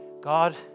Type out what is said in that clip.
God